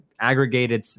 aggregated